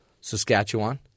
Saskatchewan